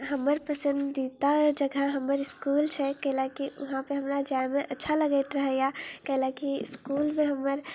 हमर पसन्दीदा जगह हमर इसकुल छै कैलेकि हमरा उहाँ पर हमरा जाइमे अच्छा लगैत रहैए कैलेकि इसकुलमे हमर